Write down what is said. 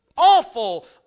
Awful